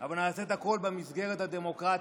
אבל נעשה את הכול במסגרת הדמוקרטית.